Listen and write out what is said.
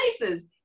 places